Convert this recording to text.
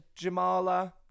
Jamala